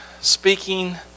speaking